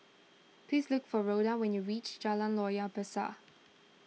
please look for Rhoda when you reach Jalan Loyang Besar